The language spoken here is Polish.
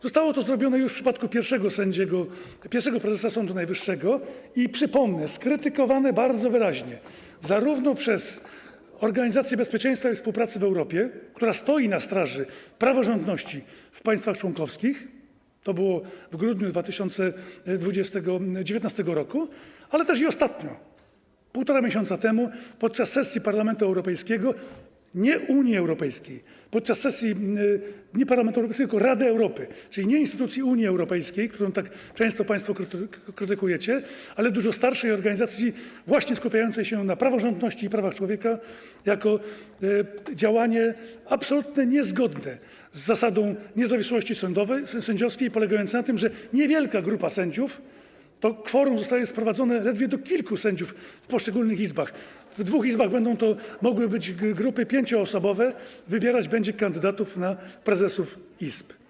Zostało to zrobione już w przypadku pierwszego sędziego, pierwszego prezesa Sądu Najwyższego i, przypomnę, skrytykowane bardzo wyraźnie przez Organizację Bezpieczeństwa i Współpracy w Europie, która stoi na straży praworządności w państwach członkowskich, to było w grudniu 2019 r., ale też ostatnio, 1,5 miesiąca temu, podczas sesji Parlamentu Europejskiego, podczas sesji nie Parlamentu Europejskiego, tylko Rady Europy, czyli nie instytucji Unii Europejskiej, którą tak często państwo krytykujecie, ale dużo starszej organizacji właśnie skupiającej się na praworządności i prawach człowieka; skrytykowane jako działanie absolutnie niezgodne z zasadą niezawisłości sędziowskiej i polegające na tym, że niewielka grupa sędziów - to kworum zostaje sprowadzone ledwie do kilku sędziów w poszczególnych izbach, w dwóch izbach będą to mogły być grupy pięcioosobowe - wybierać będzie kandydatów na prezesów izb.